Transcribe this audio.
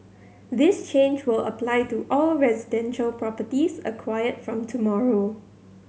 this change will apply to all residential properties acquired from tomorrow